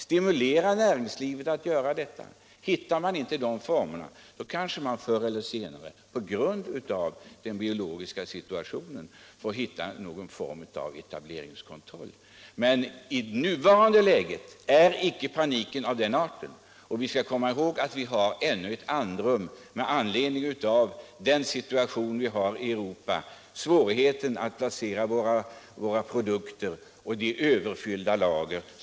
Om man inte hittar formerna för denna stimulans av näringslivet måste man kanske förr eller senare på grund av den biologiska situationen hitta någon form av etableringskontroll. Men i nuvarande läge är det inte någon panik av den arten. Vi har ännu ett andrum på grund av situationen i Europa, svårigheten att placera våra produkter, överfyllda lager.